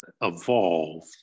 evolve